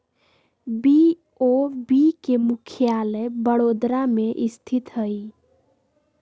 BOB के मुख्यालय बड़ोदरा में स्थित हइ